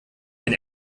ein